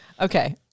Okay